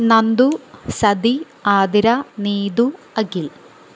Nandu Sathi Athira Neethu Akhil